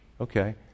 Okay